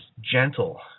gentle